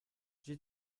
j’ai